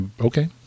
okay